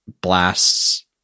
blasts